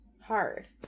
Hard